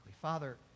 Father